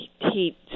heat